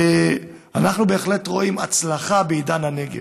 ואנחנו בהחלט רואים הצלחה בעניין הנגב.